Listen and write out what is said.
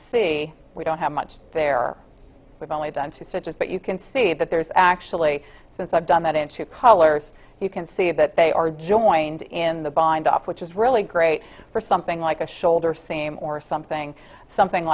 see we don't have much there we've only done two such as but you can see that there is actually since i've done that in two colors you can see that they are joined in the bind up which is really great for something like a shoulder same or something something